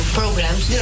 programs